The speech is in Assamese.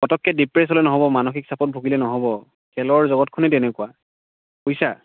পটককৈ ডিপ্ৰেছ্ড হ'লে নহ'ব মানসিক চাপত ভোগিলে নহ'ব খেলৰ জগতখনেই তেনেকুৱা বুজিছা